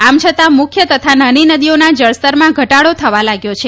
આમ છતાં મુખ્ય તથા નાની નદીઓના જળસ્તરમાં ઘટાડો થવા લાગ્યો છે